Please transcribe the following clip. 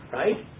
right